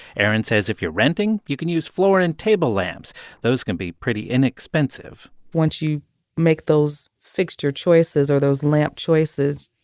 erin says if you're renting, you can use floor and table lamps those can be pretty inexpensive once you make those fixture choices or those lamp choices,